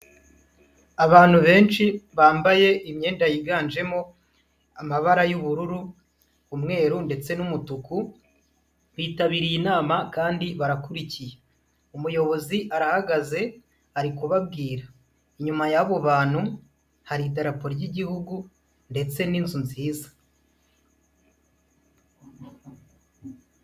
Abantu benshi bambaye imyenda yiganjemo amabara y'ubururu, umweru ndetse n'umutuku, bitabiriye inama kandi barakurikiye, umuyobozi arahagaze ari kubabwira, inyuma y'abo bantu hari idarapo ry'Igihugu ndetse n'inzu nziza.